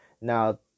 Now